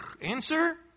Answer